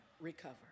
recover